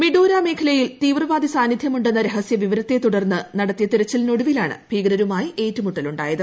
മിഡൂര മേഖലയിൽ തീവ്രവാദി സാന്നിധ്യമുണ്ടെന്ന രഹസ്യ വിവരത്തെ തുടർന്ന് നടത്തിയ തെരച്ചിലിനൊടുവിലാണ് ഭീകരരുമായി ഏറ്റുമുട്ടൽ ഉണ്ടായത്